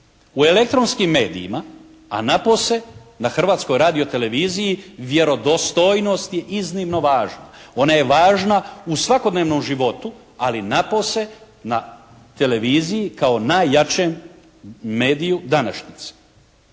U elektronskim medijima, a napose na Hrvatskoj radioteleviziji vjerodostojnost je iznimno važna. Ona je važna u svakodnevnom životu ali napose na televiziji kao najjačem mediju današnjice.